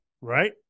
right